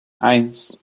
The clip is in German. eins